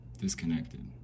disconnected